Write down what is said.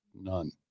none